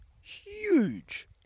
huge